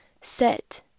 set